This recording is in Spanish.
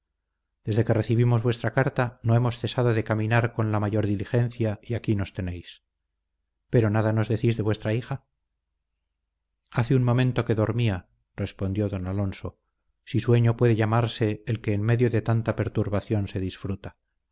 desde que recibimos vuestra carta no hemos cesado de caminar con la mayor diligencia y aquí nos tenéis pero nada nos decís de vuestra hija hace un momento que dormía respondió don alonso si sueño puede llamarse el que en medio de tanta perturbación se disfruta